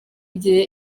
igihe